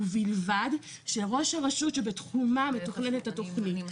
ובלבד שראש הרשות שבתחומה מתוכננת התוכנית,